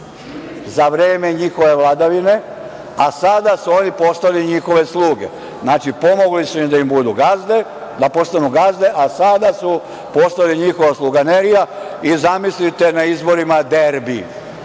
za vreme njihove vladavine, a sada su oni postali njihove sluge. Znači, pomogli su im da postanu gazde, a sada su postali njihova sluganerija. Zamislite, na izborima derbi,